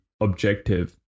objective